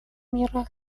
мира